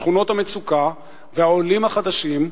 שכונות המצוקה והעולים החדשים,